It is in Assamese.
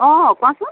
অঁ কোৱাচোন